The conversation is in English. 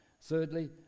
Thirdly